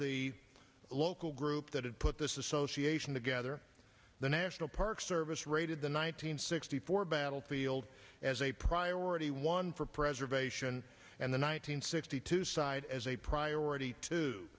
the local group that had put this association together the national park service rated the one nine hundred sixty four battlefield as a priority one for preservation and the one nine hundred sixty two side as a priority to